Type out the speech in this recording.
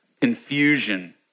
confusion